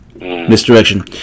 misdirection